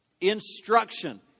Instruction